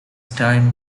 time